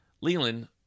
Leland